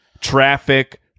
traffic